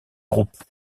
groupe